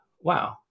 wow